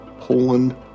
Poland